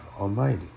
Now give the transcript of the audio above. Almighty